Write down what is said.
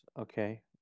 okay